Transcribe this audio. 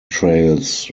trails